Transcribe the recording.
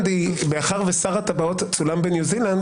מאחר ששר הטבעות צולם בניו-זילנד,